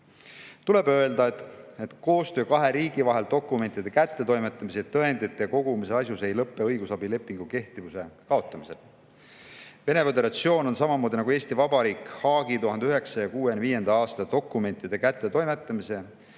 Tuleb öelda, et koostöö kahe riigi vahel dokumentide kättetoimetamisel ja tõendite kogumisel õigusabilepingu kehtivuse kaotamisega ei lõpe. Venemaa Föderatsioon on samamoodi nagu Eesti Vabariik Haagi 1965. aasta dokumentide kättetoimetamise